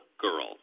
girl